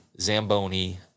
Zamboni